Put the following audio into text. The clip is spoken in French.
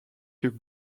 que